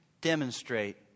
demonstrate